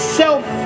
self